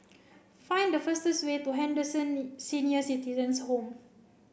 find the fastest way to Henderson Senior Citizens' Home